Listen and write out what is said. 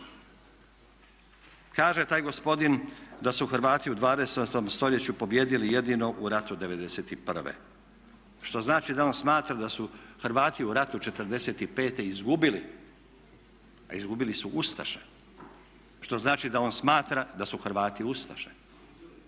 Kaže taj gospodin da su Hrvati u …/Govornik se ne razumije./… stoljeću pobijedili jedino u ratu '91.. Što znači da on smatra da su Hrvati u ratu '45. izgubili a izgubili su ustaše što znači da on smatra da su Hrvati ustaše.